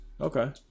okay